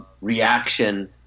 reaction